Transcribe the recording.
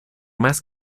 más